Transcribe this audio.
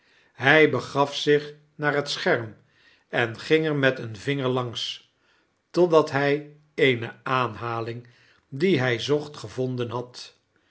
hij begaf zioh naar het scherm en ging er met den vinger langs totdat hij eene aanhaling die hij zooht gevonden had